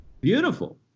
Beautiful